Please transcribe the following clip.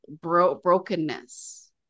brokenness